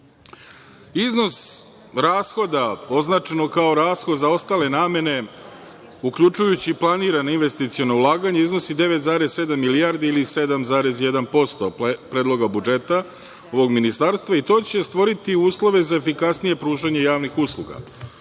rashoda označeno kao rashod za ostale namene, uključujući planirana investiciona ulaganja, iznosi 9,7 milijardi ili 7,1% predloga budžeta ovog ministarstva. To će stvoriti uslove za efikasnije pružanje javnih usluga,